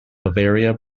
bavaria